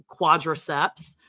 quadriceps